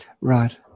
right